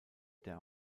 der